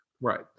Right